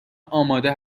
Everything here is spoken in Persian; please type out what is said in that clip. آماده